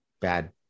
bad